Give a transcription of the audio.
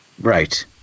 Right